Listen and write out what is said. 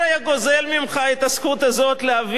להביא בשם בממשלה את הבקשה.